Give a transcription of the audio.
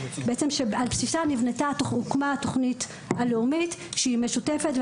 שעל בסיסה הוקמה התוכנית הלאומית שהיא משותפת.